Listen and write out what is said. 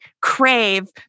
crave